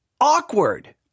Awkward